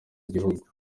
igihugu